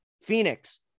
Phoenix